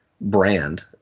brand